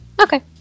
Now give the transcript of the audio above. Okay